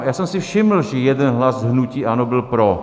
Já jsem si všiml, že jeden hlas hnutí ANO byl pro.